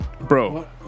Bro